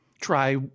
try-